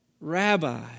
Rabbi